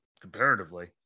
comparatively